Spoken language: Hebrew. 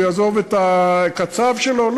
יעזוב את הקצב שלו?